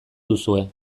duzue